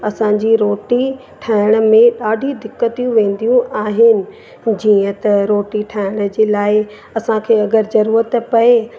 असांजी रोटी ठहण में ॾाढी दिक़तियूं वेंदियूं आहिनि जीअं त रोटी ठाहिण जे लाइ असांखे अगरि ज़रूरत पए